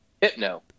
hypno